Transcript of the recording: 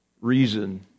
reason